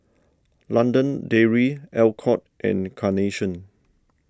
London Dairy Alcott and Carnation